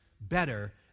better